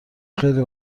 خیلی